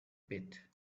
pit